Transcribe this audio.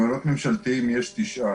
מעונות ממשלתיים יש תשעה.